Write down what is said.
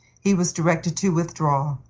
he was directed to withdraw.